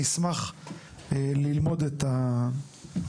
אני אשמח ללמוד את ההמלצות.